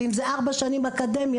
ואם זה ארבע שנים באקדמיה,